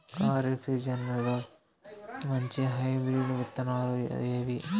ఖరీఫ్ సీజన్లలో మంచి హైబ్రిడ్ విత్తనాలు ఏవి